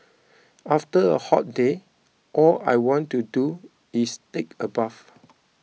after a hot day all I want to do is take a bath